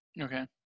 Okay